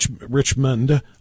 Richmond